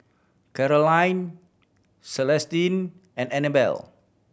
Carolyne Celestine and Anibal